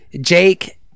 jake